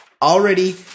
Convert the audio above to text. Already